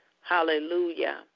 Hallelujah